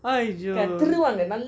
!aiyo!